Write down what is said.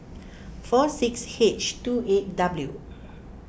four six H two eight W